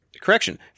Correction